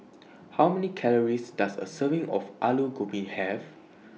How Many Calories Does A Serving of Alu Gobi Have